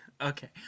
Okay